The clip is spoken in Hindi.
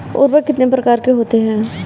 उर्वरक कितने प्रकार के होते हैं?